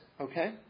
okay